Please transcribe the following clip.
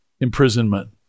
imprisonment